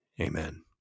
Amen